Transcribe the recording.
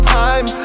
time